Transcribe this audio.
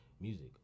music